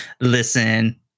Listen